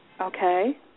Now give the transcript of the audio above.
Okay